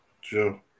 Sure